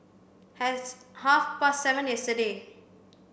half past seven yesterday